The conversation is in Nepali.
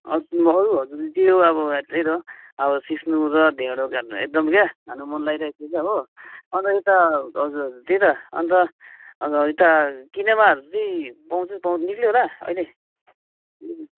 अरूहरू त्यो अब त्यही त हो अब सिस्नो र ढेँडो खानु एकदम क्या खानु मन लागिरहेको थियो त हो अन्त यता हजुर हजुर त्यही त अन्त अन्त यता किनेमाहरू चाहिँ पाउँछ पाउँदैन निस्कियो होला अहिले